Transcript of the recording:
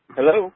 Hello